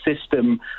system